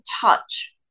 touch